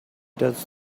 does